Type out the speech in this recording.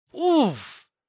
Oof